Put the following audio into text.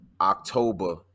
October